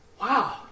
Wow